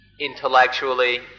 intellectually